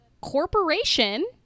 corporation